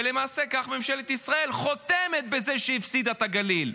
ולמעשה כך ממשלת ישראל חותמת על זה שהיא הפסידה את הגליל.